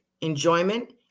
enjoyment